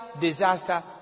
disaster